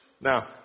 Now